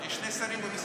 יש שני שרים במשרד.